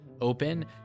open